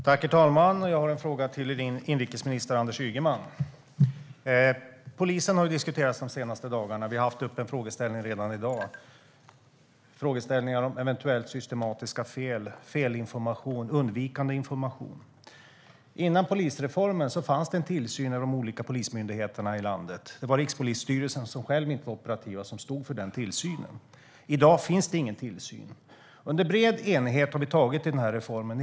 Herr talman! Jag har en fråga till inrikesminister Anders Ygeman. Polisen har diskuterats de senaste dagarna. Det har redan ställts en fråga i dag. Det har varit frågor om eventuella systematiska fel, felinformation och undvikande information. Innan polisreformen skedde en tillsyn av de olika polismyndigheterna i landet. Det var Rikspolisstyrelsen, som själv inte var operativ, som stod för den tillsynen. I dag sker ingen tillsyn. Under bred enighet har vi antagit reformen.